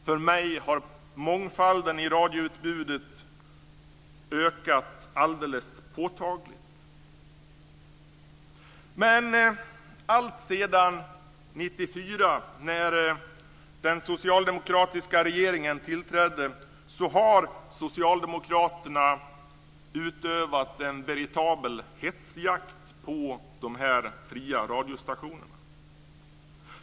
För mig har mångfalden i radioutbudet ökat alldeles påtagligt. Alltsedan 1994 när den socialdemokratiska regeringen tillträdde har Socialdemokraterna utövat en veritabel hetsjakt på de här fria radiostationerna.